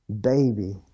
baby